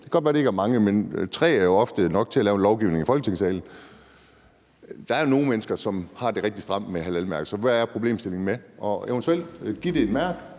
det kan godt være, det ikke er mange, men tre er jo ofte nok til at lave lovgivning i Folketingssalen – som har det rigtig stramt med halalmærket, så hvad er problemstillingen i eventuelt at give det et mærke,